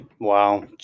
Wow